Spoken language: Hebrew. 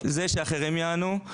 זה שאחרים יענו.